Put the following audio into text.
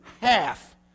half